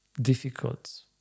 difficult